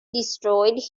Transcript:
destroyed